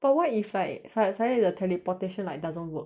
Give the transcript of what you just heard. but what if like like sudden suddenly the teleportation like doesn't work